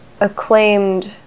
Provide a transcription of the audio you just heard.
acclaimed